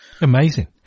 Amazing